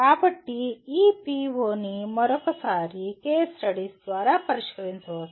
కాబట్టి ఈ పిఒని మరోసారి కేస్ స్టడీస్ ద్వారా పరిష్కరించవచ్చు